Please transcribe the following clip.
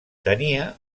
tenia